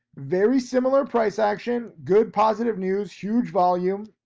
very similar price action, good positive news, huge volume.